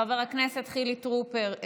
חבר הכנסת חילי טרופר,